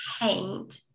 paint